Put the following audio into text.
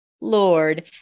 Lord